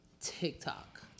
TikTok